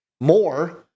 more